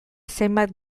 zenbait